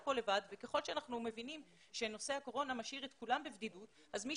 פה לבד וככל שאנחנו מבינים שנושא הקורונה משאיר את כולן בבדידות אז מי